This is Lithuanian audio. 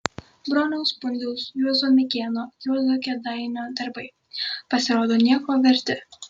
broniaus pundziaus juozo mikėno juozo kėdainio darbai pasirodo nieko verti